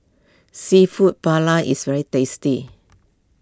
Seafood Paella is very tasty